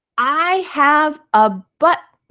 i have a but